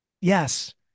yes